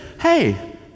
hey